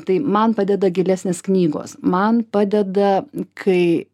tai man padeda gilesnės knygos man padeda kai